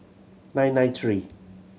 nine nine three